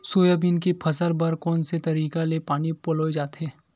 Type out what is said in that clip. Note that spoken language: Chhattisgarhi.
सोयाबीन के फसल बर कोन से तरीका ले पानी पलोय जाथे?